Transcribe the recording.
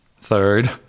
Third